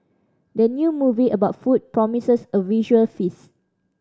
the new movie about food promises a visual feast